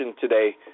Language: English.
today